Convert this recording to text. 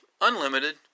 unlimited